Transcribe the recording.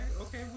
okay